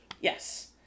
Yes